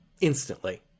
instantly